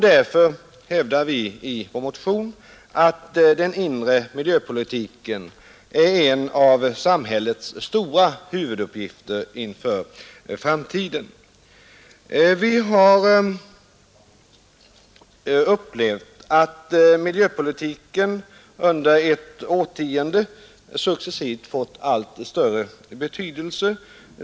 Därför hävdar vi i vår motion att den inre miljöpolitiken är en av samhällets stora huvuduppgifter inför framtiden. Vi har upplevt att miljöpolitiken under ett årtionde successivt fått allt större betydelse.